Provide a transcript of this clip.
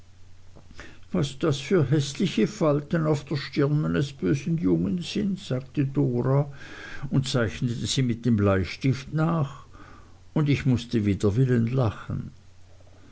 was das für häßliche falten auf der stirn meines bösen jungen sind sagte dora und zeichnete sie mit dem bleistift nach und ich mußte wider willen lachen